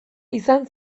izan